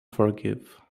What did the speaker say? forgive